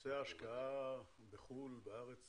ונושא ההשקעה בחו"ל, בארץ?